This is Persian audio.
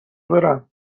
برم